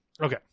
okay